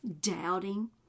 Doubting